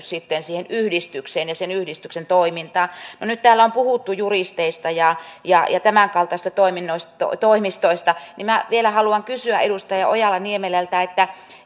sitten siihen yhdistykseen ja sen yhdistyksen toimintaan no nyt täällä on puhuttu juristeista ja ja tämänkaltaisista toimistoista niin minä vielä haluan kysyä edustaja ojala niemelältä